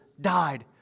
died